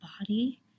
body